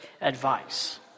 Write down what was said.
advice